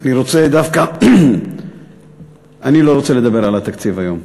אני רוצה דווקא, אני לא רוצה לדבר על התקציב היום,